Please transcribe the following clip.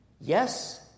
Yes